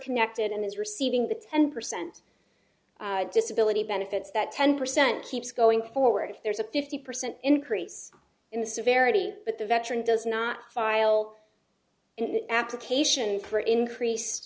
connected and is receiving the ten percent disability benefits that ten percent keeps going forward if there's a fifty percent increase in the severity but the veteran does not file in the application for increase